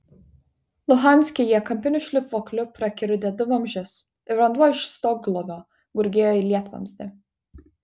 luhanske jie kampiniu šlifuokliu prakiurdė du vamzdžius ir vanduo iš stoglovio gurgėjo į lietvamzdį